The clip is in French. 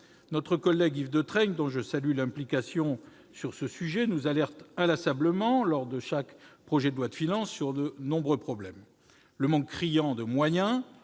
Notre collègue Yves Détraigne, dont je salue l'implication dans ce dossier, nous alerte inlassablement lors de chaque projet de loi de finances sur de nombreux problèmes : le manque criant de moyens,